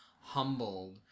humbled